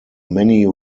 many